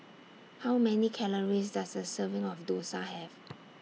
How Many Calories Does A Serving of Dosa Have